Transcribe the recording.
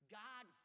god